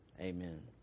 amen